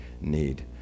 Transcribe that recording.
need